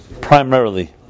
Primarily